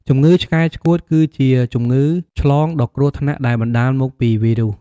ជំងឺឆ្កែឆ្កួត គឺជាជំងឺឆ្លងដ៏គ្រោះថ្នាក់ដែលបណ្តាលមកពីវីរុស។